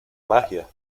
magia